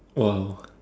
!wow!